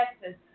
Texas